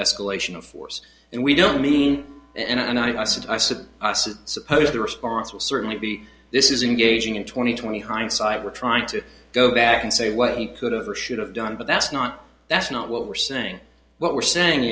escalation of force and we don't mean and i said i said suppose the response will certainly be this is engaging in twenty twenty hindsight we're trying to go back and say what he could have or should have done but that's not that's not what we're saying what we're saying